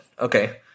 Okay